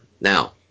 now